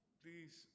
please